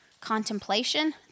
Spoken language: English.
contemplation